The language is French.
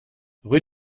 rue